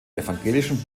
evangelischen